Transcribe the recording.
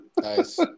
Nice